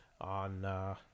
on –